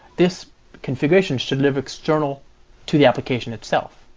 this configuration should live external to the application itself,